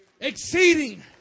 Exceeding